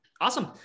awesome